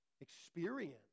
experience